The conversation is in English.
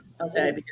Okay